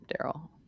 daryl